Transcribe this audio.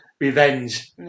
revenge